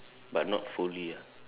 but not fully ah